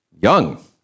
Young